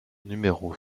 numéro